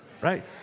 right